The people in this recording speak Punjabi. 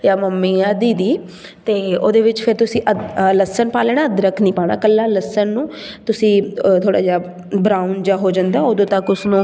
ਜਾਂ ਮੰਮੀ ਜਾਂ ਦੀਦੀ ਅਤੇ ਉਹਦੇ ਵਿੱਚ ਫਿਰ ਤੁਸੀਂ ਅਦ ਲਸਣ ਪਾ ਲੈਣਾ ਅਦਰਕ ਨਹੀਂ ਪਾਉਣਾ ਇਕੱਲਾ ਲਸਣ ਨੂੰ ਤੁਸੀਂ ਥੋੜ੍ਹਾ ਜਿਹਾ ਬਰਾਉਨ ਜਿਹਾ ਹੋ ਜਾਂਦਾ ਉਦੋਂ ਤੱਕ ਉਸਨੂੰ